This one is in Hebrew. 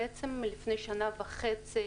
לפני שנה וחצי,